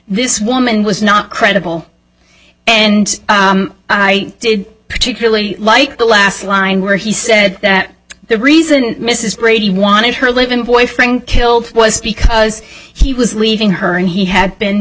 this woman was not credible and i did particularly like the last line where he said that the reason mrs brady wanted her live in boyfriend killed was because he was leaving her and he had been